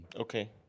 Okay